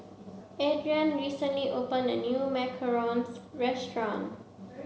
Ariane recently opened a new Macarons restaurant